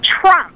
Trump